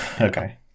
Okay